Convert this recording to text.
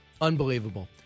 Unbelievable